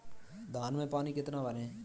धान में पानी कितना भरें?